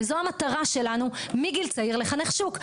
וזו המטרה שלנו מגיל צעיר לחנך שוק.